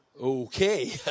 Okay